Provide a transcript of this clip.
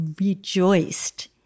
rejoiced